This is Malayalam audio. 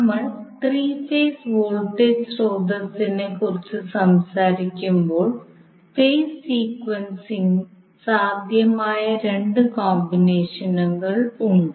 നമ്മൾ ത്രീ ഫേസ് വോൾട്ടേജ് സ്രോതസ്സിനെക്കുറിച്ച് സംസാരിക്കുമ്പോൾ ഫേസ് സീക്വൻസിംഗിന് സാധ്യമായ രണ്ട് കോമ്പിനേഷനുകൾ ഉണ്ട്